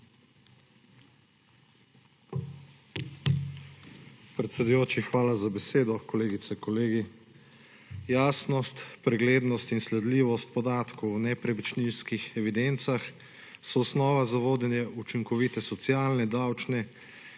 hvala za besedo.